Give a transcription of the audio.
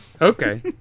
okay